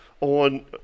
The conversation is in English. on